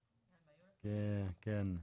בבקשה.